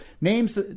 names